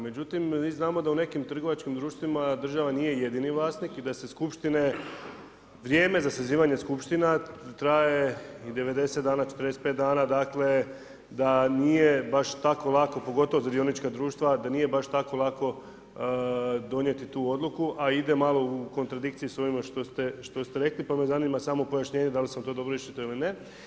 Međutim, mi znamo da u nekim trgovačkim društvima, država nije jedni vlasnik i da se skupštine, vrijeme za sazivanje skupština traje i 90 dna, 45 dana, dakle, da nije baš tako lako, pogotovo za dionička društva, da nije baš tako lako donijeti tu odluku, a ide malo u kontradikciji s ovime što ste rekli, pa me zanima samo pojašnjenje dal sam to dobro iščitao ili ne.